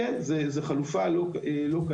כן, זו חלופה לא קלה.